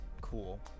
Cool